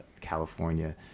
California